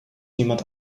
niemand